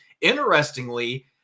interestingly